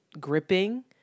gripping